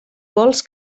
vols